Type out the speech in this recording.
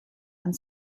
and